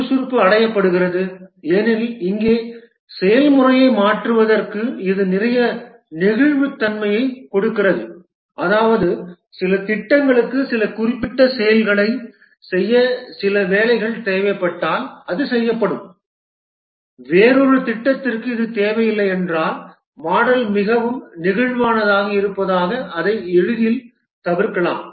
சுறுசுறுப்பு அடையப்படுகிறது ஏனெனில் இங்கே செயல்முறையை மாற்றுவதற்கு இது நிறைய நெகிழ்வுத்தன்மையைக் கொடுக்கிறது அதாவது சில திட்டங்களுக்கு சில குறிப்பிட்ட செயல்களைச் செய்ய சில வேலைகள் தேவைப்பட்டால் அது செய்யப்படும் வேறொரு திட்டத்திற்கு இது தேவையில்லை என்றால் மாடல் மிகவும் நெகிழ்வானதாக இருப்பதால் அதை எளிதில் தவிர்க்கலாம்